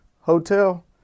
hotel